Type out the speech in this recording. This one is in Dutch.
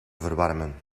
verwarmen